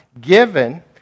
given